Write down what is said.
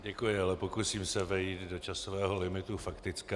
Děkuji, ale pokusím se vejít do časového limitu faktické.